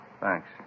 Thanks